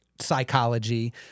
psychology